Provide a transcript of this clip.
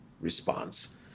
response